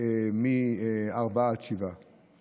מארבעה עד שבעה.